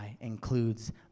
includes